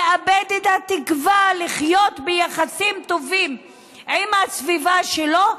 יאבד את התקווה לחיות ביחסים טובים עם הסביבה שלו,